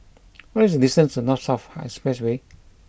what is the distance to North South Expressway